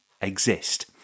exist